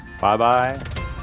Bye-bye